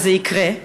וזה יקרה,